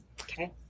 Okay